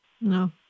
No